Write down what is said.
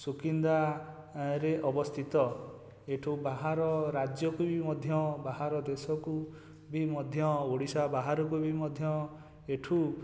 ସୁକିନ୍ଦାରେ ଅବସ୍ଥିତ ଏଠୁ ବାହାର ରାଜ୍ୟକୁ ବି ମଧ୍ୟ ବାହାର ଦେଶକୁ ବି ମଧ୍ୟ ଓଡ଼ିଶା ବାହାରକୁ ବି ମଧ୍ୟ ଏଠୁ